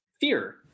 fear